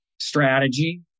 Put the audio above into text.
strategy